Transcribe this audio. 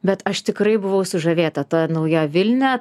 bet aš tikrai buvau sužavėta ta nauja vilnia